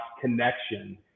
connection